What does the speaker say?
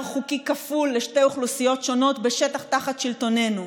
חוקי כפול לשתי אוכלוסיות שונות בשטח תחת שלטוננו.